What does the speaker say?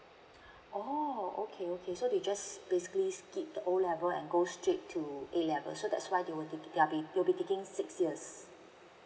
oh okay okay so they just basically skip the O level and go straight to A level so that's why they'll be taking six years